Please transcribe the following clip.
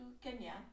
Kenya